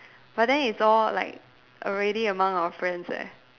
but then it's all like already among our friends eh